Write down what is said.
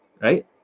Right